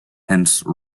hence